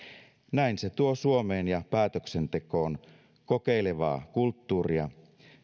näin se tuo suomeen ja päätöksentekoon kokeilevaa kulttuuria